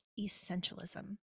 Essentialism